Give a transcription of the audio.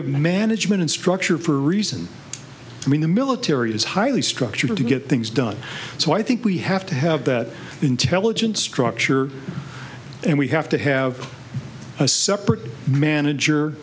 have management structure for a reason i mean the military is highly structured to get things done so i think we have to have that intelligence structure and we have to have a separate manager